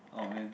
aw man